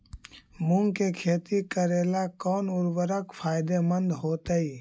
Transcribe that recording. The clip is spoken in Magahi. मुंग के खेती करेला कौन उर्वरक फायदेमंद होतइ?